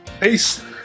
peace